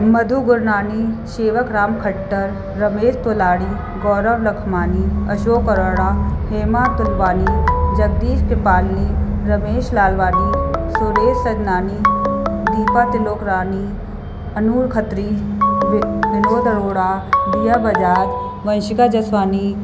मधू गुरनानी शेवक राम खट्टर रमेश तोलानी गौरव लखमानी अशोक अरोड़ा हेमा तुलवानी जगदीश कृपानी रमेश लालवानी सुरेश सदनानी दीपा त्रिलोकरानी अनूर खत्री वि विनोद अरोड़ा दिया बजाज वशिंका जसवानी